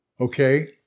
okay